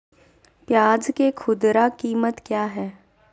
प्याज के खुदरा कीमत क्या है?